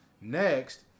Next